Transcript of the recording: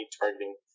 targeting